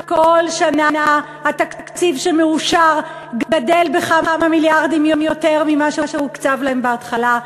כל שנה התקציב שמאושר גדל בכמה מיליארדים יותר ממה שהוקצב להם בהתחלה?